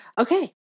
Okay